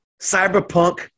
Cyberpunk